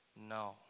no